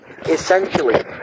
essentially